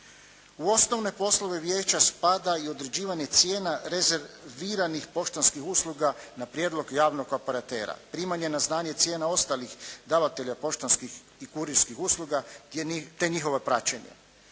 U osnovne poslove vijeća spada i određivanje cijena rezerviranih poštanskih usluga na prijedlog javnog operatera, primanje na znanje cijena ostalih davatelja poštanskih i kurirskih usluga te njihovo praćenje.